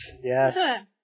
Yes